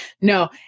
No